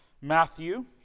Matthew